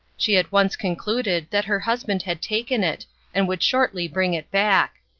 she at once concluded that her husband had taken it and would shortly bring it back.